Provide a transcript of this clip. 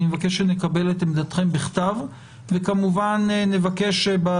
אני מבקש שנקבל את עמדתכם בכתב כדי שנדע